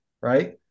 right